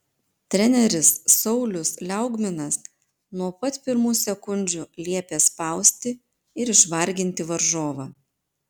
treneris saulius liaugminas nuo pat pirmų sekundžių liepė spausti ir išvarginti varžovą